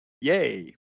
yay